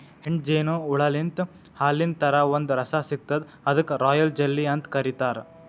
ಹೆಣ್ಣ್ ಜೇನು ಹುಳಾಲಿಂತ್ ಹಾಲಿನ್ ಥರಾ ಒಂದ್ ರಸ ಸಿಗ್ತದ್ ಅದಕ್ಕ್ ರಾಯಲ್ ಜೆಲ್ಲಿ ಅಂತ್ ಕರಿತಾರ್